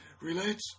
relate